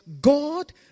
God